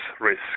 risk